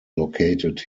located